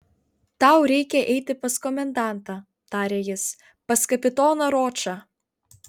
tau reikia eiti pas komendantą tarė jis pas kapitoną ročą